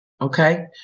okay